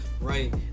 right